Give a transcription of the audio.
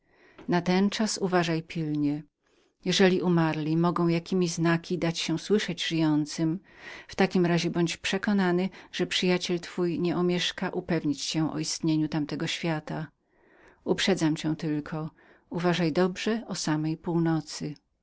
do północy natenczas uważaj pilnie jeżeli umarli mogą jakiemi znaki dać się słyszeć żyjącym w takim razie bądź przekonanym że przyjaciel twój nieomieszka zapewnić cię o istnieniu tamtego świata uprzedzam cię tylko uważaj dobrze o samej północy